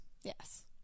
Yes